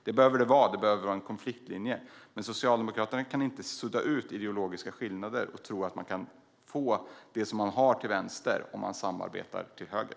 Det behöver finnas en konfliktlinje, men Socialdemokraterna kan inte sudda ut ideologiska skillnader och tro att man kan få det som finns till vänster om man samarbetar till höger.